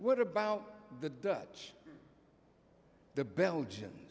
what about the dutch the belgian